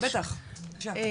כן, בטח, בבקשה.